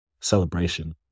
celebration